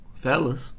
Fellas